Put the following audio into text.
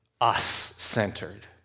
us-centered